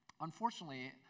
Unfortunately